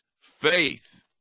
faith